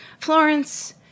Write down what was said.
Florence